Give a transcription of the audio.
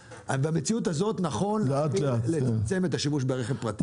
במציאות הזאת, נכון לצמצם את השימוש ברכב פרטי.